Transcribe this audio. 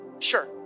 Sure